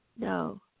No